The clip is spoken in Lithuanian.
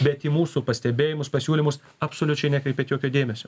bet į mūsų pastebėjimus pasiūlymus absoliučiai nekreipiat jokio dėmesio